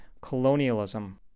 colonialism